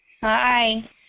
Hi